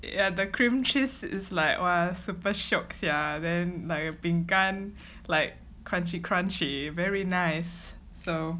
yeah the cream cheese is like !wah! super shiok sia then like 饼干 like crunchy crunchy very nice so